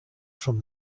from